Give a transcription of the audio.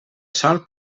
sòl